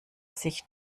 sich